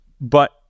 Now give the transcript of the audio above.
But-